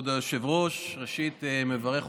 כבוד היושב-ראש, ראשית, אני מברך אותך.